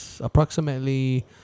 approximately